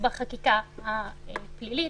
בחקיקה הפלילית